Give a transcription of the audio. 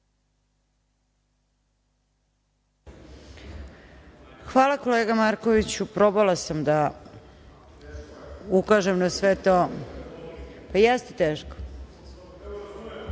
Hvala kolega Markoviću. Probala sam da ukaže na sve to. Jeste teško.